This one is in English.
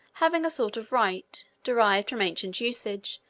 having a sort of right, derived from ancient usage,